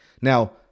Now